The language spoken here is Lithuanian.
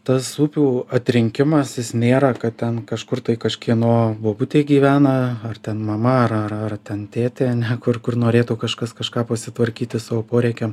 tas upių atrinkimas jis nėra kad ten kažkur tai kažkieno bobutė gyvena ar ten mama ar ar ten tėtė ne kur kur norėtų kažkas kažką pasitvarkyti savo poreikiam